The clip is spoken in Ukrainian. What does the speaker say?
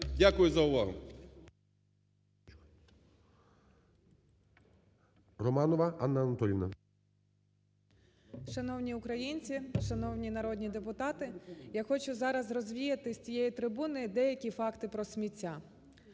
Дякую за увагу.